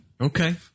Okay